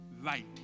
right